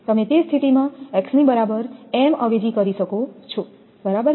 તમે તે સ્થિતિમાં x ની બરાબર m અવેજી કરી શકો છો બરાબર છે